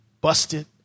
busted